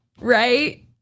Right